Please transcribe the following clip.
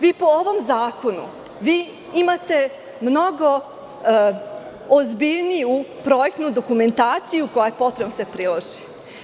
Vi po ovom zakonu imate mnogo ozbiljniju projektnu dokumentaciju koja je potrebna da se priloži.